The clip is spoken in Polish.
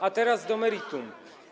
A teraz do meritum.